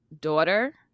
daughter